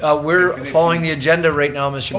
ah we're um following the agenda right now, mr.